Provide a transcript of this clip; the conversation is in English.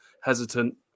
hesitant